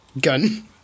gun